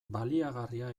baliagarria